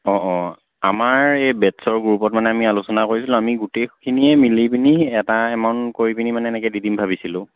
অঁ অঁ আমাৰ এই বেটছৰ গ্ৰুপত মানে আমি আলোচনা কৰিছিলোঁ আমি গোটেইখিনিয়ে মিলি পিনি এটা এমাউণ্ট কৰি পিনি মানে এনেকৈ দি দিম ভাবিছিলোঁ